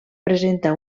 presenta